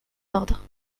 ordres